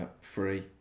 free